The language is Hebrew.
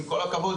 עם כל הכבוד,